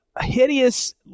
hideous